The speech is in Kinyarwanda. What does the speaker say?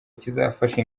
kizafasha